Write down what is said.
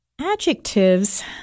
Adjectives